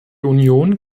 union